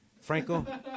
Franco